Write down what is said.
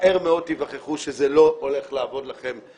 מהר מאוד תיווכחו שזה לא הולך לעבוד לכם כפי שאתם רוצים.